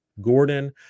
Gordon